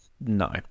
No